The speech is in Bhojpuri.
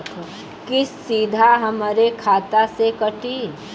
किस्त सीधा हमरे खाता से कटी?